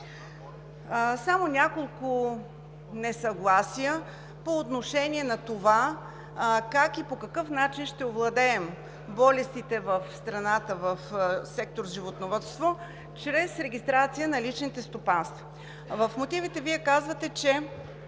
Само няколко несъгласия по отношение на това как и по какъв начин ще овладеем болестите в страната в сектор „Животновъдство“ чрез регистрация на личните стопанства. В мотивите Вие казвате, че